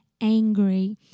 angry